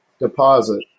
deposit